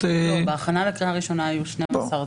--- בהכנה לקריאה ראשונה היו 12 דיונים.